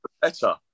better